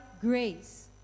grace